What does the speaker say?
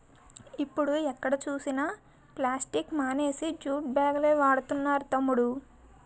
ఇప్పుడు ఎక్కడ చూసినా ప్లాస్టిక్ మానేసి జూట్ బాగులే వాడుతున్నారు తమ్ముడూ